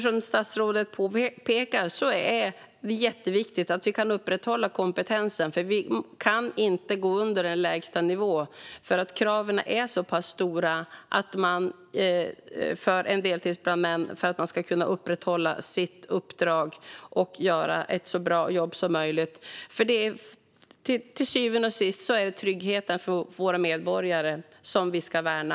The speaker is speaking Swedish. Som statsrådet påpekar är det jätteviktigt att vi kan upprätthålla kompetensen. Vi kan inte gå under en lägsta nivå, för kraven är så pass höga för en deltidsbrandman för att man ska kunna upprätthålla sitt uppdrag och göra ett så bra jobb som möjligt. Till syvende och sist är det tryggheten för våra medborgare som vi ska värna.